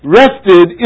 rested